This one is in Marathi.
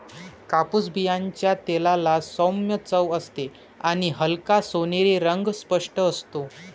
कापूस बियांच्या तेलाला सौम्य चव असते आणि हलका सोनेरी रंग स्पष्ट असतो